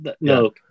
no